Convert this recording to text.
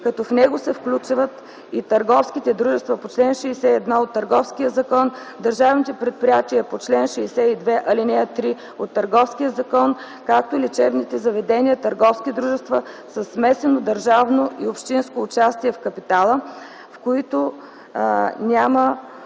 като в него се включат и търговските дружества по чл. 61 от Търговския закон, държавните предприятия по чл. 62, ал. 3 от Търговския закон, както и лечебните заведения - търговски дружества със смесено държавно и общинско участие в капитала, в които няма